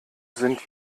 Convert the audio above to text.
sind